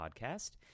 podcast